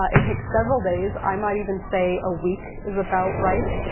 ah it takes several days. i might even say a week is about right.